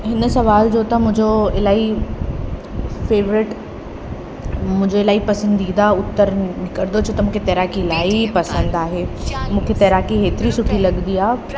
हिन सुवाल जो त मुंहिंजो इलाही फ़ेवरेट मुंहिंजो इलाही पसंदीदा उत्तर निकिरंदो छो त मूंखे तैराकी इलाही पसंदि आहे मूंखे तैराकी हेतिरी सुठी लॻंदी आहे